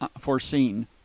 foreseen